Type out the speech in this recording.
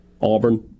Auburn